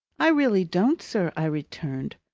i really don't, sir, i returned.